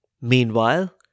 Meanwhile